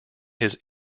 his